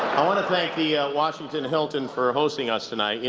i want to thank the washington hilton for ah hosting us, tonight. you